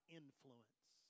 influence